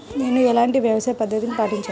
నేను ఎలాంటి వ్యవసాయ పద్ధతిని పాటించాలి?